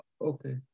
Okay